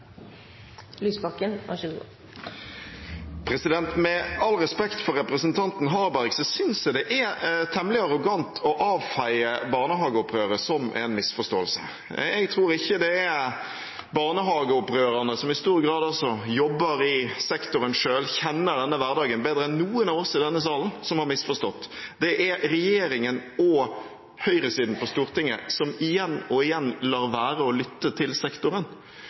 misforståelse. Jeg tror ikke at det er barnehageopprørerne, som i stor grad jobber i sektoren selv, og som kjenner denne hverdagen bedre enn noen av oss i denne salen, som har misforstått. Det er regjeringen og høyresiden på Stortinget som igjen og igjen lar være å lytte til sektoren.